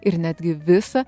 ir netgi visą